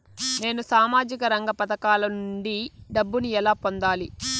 నేను సామాజిక రంగ పథకాల నుండి డబ్బుని ఎలా పొందాలి?